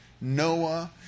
noah